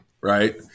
right